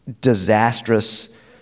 disastrous